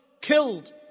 killed